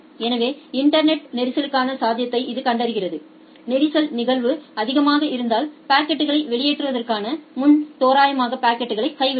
எனவே இன்டர்நெட்டில் நெரிசலுக்கான சாத்தியத்தை இது கண்டறிகிறது நெரிசல் நிகழ்தகவு அதிகமாக இருந்தால் பாக்கெட்களை வெளியேற்றுவதற்கு முன் தோராயமாக பாக்கெட்களை கைவிடுங்கள்